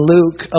Luke